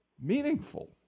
meaningful